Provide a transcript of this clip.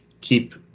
keep